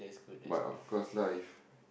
but of course lah if you